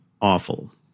awful